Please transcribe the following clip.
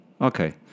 Okay